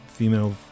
Female